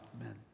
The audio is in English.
Amen